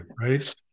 right